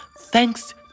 thanks